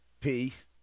peace